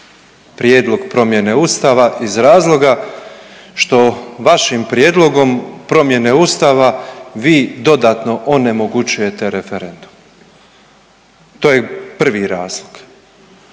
prijedlog promjene Ustava iz razloga što vašim prijedlogom promjene Ustava vi dodatno onemogućujete referendum. To je prvi razlog.